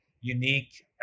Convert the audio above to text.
unique